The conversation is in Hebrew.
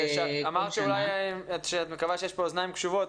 אמרת אולי שאת מקווה שיש פה אוזניים קשובות.